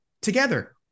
together